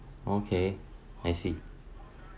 okay I see